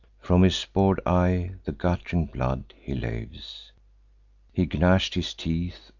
from his bor'd eye the gutt'ring blood he laves he gnash'd his teeth,